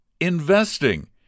investing